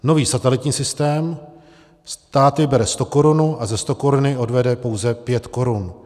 Nový satelitní systém, stát vybere stokorunu a ze stokoruny odvede pouze 5 korun.